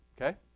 Okay